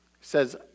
says